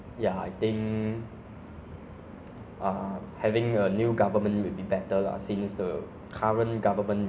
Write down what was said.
opposition to take over as the government maybe will have a better ah alternative policies lah maybe will